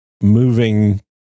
moving